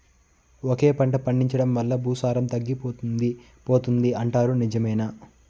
ఒకే పంట పండించడం వల్ల భూసారం తగ్గిపోతుంది పోతుంది అంటారు నిజమేనా